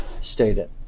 stated